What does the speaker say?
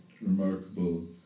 remarkable